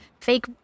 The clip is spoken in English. fake